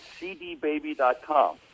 cdbaby.com